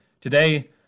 Today